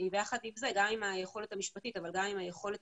גם עם היכולת המשפטית אבל גם עם היכולת